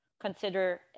consider